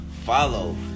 Follow